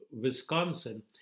Wisconsin